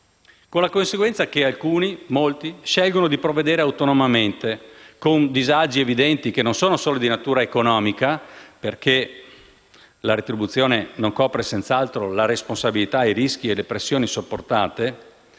con la conseguenza che alcuni, molti, scelgono di provvedere autonomamente, con disagi evidenti che non sono solo di natura economica, perché la retribuzione non copre senz'altro la responsabilità, i rischi e le pressioni sopportate,